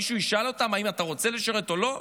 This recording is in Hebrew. מישהו ישאל אותם אם הם רוצים לשרת או לא?